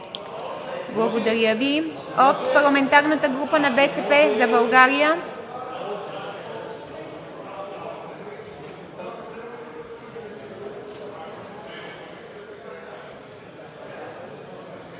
Благодаря Ви. От парламентарната група на „БСП за България“?